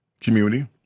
community